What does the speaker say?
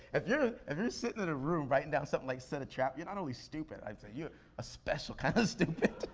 if you're sitting in a room writing down something like set a trap, you're not only stupid, i'd say you're a special kind of stupid.